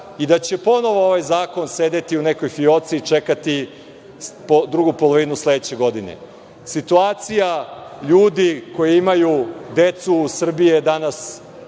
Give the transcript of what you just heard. i da će ponovo ovaj zakon sedeti u nekoj fioci i čekati drugu polovinu sledeće godine. Situacija ljudi koji imaju decu u Srbiji je danas